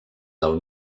del